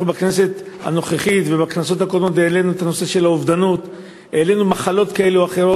בכנסת הנוכחית ובכנסות הקודמות העלינו את הנושא של האובדנות,